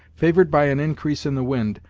favored by an increase in the wind,